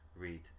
read